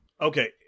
okay